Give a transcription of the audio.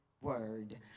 word